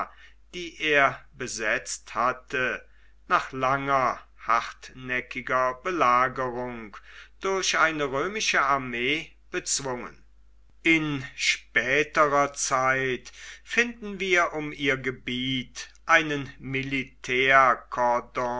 die er besetzt hatte nach langer hartnäckiger belagerung durch eine römische armee bezwungen in späterer zeit finden wir um ihr gebiet einen